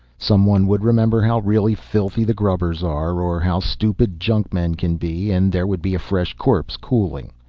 someone would remember how really filthy the grubbers are, or how stupid junkmen can be, and there would be a fresh corpse cooling.